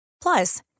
Plus